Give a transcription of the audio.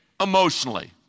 emotionally